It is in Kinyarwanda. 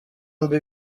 mbi